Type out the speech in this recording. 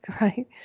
right